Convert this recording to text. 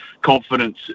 confidence